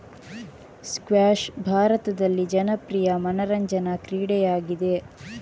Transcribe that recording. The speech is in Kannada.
ಸ್ಕ್ವಾಷ್ ಭಾರತದಲ್ಲಿ ಜನಪ್ರಿಯ ಮನರಂಜನಾ ಕ್ರೀಡೆಯಾಗಿದೆ